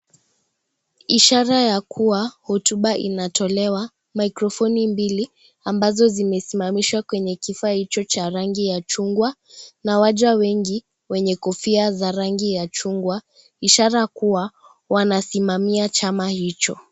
Ishara ya kuwa hotuba inatolewa, mikrofoni mbili ambazo zimesimamishwa kwenye kifaa hicho chenye rangi ya chungwa, nawajua wengi wenye kofia za rangi ya chungwa, ishara kuwa wanasimamia chama hicho.